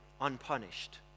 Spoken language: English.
unpunished